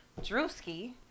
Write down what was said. Drewski